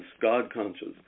God-conscious